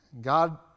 God